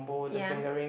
ya